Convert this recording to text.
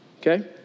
Okay